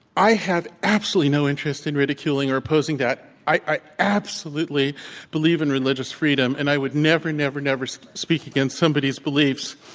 i have absolutely no interest in ridiculing or opposing that. i absolutely believe in religious free dom, and i would never, never, never so speak against somebody's beliefs.